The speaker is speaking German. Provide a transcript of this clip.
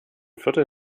viertel